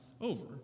over